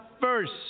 first